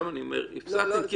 הפסדתם.